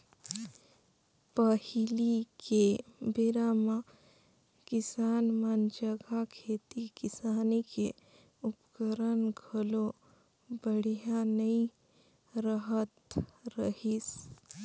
पहिली के बेरा म किसान मन जघा खेती किसानी के उपकरन घलो बड़िहा नइ रहत रहिसे